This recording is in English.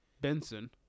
benson